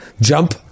Jump